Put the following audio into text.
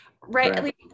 right